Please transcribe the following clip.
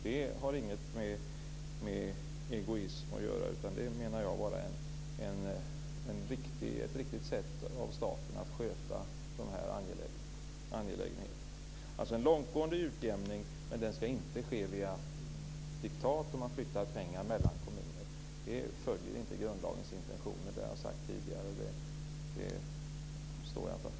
Det har inget med egoism att göra. Det menar jag är ett riktigt sätt av staten att sköta de här angelägenheterna - en långtgående utjämning, men den ska inte ske via diktat, genom att man flyttar pengar mellan kommuner. Det följer inte grundlagens intentioner. Det har jag sagt tidigare, och det står jag för.